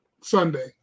Sunday